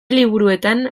liburuetan